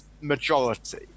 majority